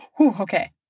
okay